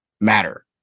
matter